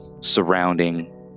surrounding